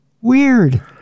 Weird